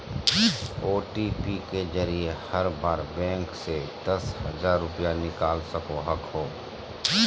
OTP के जरिए हर बार बैंक से दस हजार रुपए निकाल सको हखो